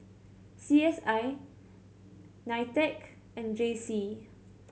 C S I NITEC and J C